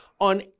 on